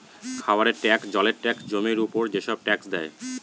খাবারের ট্যাক্স, জলের ট্যাক্স, জমির উপর যেসব ট্যাক্স দেয়